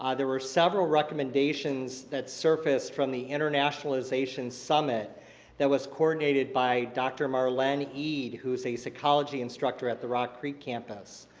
ah there were several recommendations that surfaced from the internationalization summit that was coordinated by dr. marlene eid who is a psychology instructor at the rock creek campus.